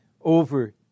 over